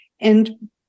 And-